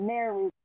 Mary